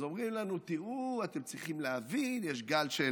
אז אומרים לנו: תראו, אתם צריכים להבין, יש גל של